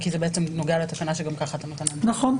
נכון.